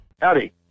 Howdy